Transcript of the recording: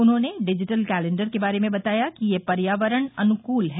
उन्होंने digital calendar के बारे में बताया कि यह पर्यावरण अनुकूल है